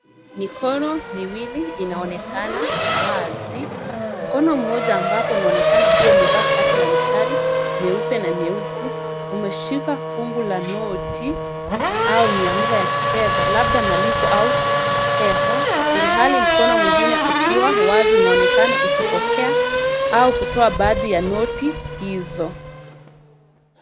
Mikono miwili inaonekana wazi. Mkono mmoja ambao unaonekana kuwa umevaa shati la mistari mieupe na mieusi umeshika fungu la noti au miamla ya kifedha labda malipo au pesa ilhali mkono mwingine ukiwa wazi unaonekana ukipokea au kutoa baadhi ya noti hizo.